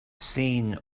seen